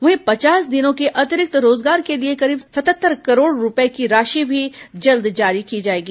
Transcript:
वहीं पचास दिनों के अतिरिक्त रोजगार के लिए करीब सतहत्तर करोड़ रूपये की राशि भी जल्द जारी की जाएगी